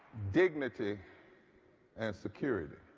dignity and security.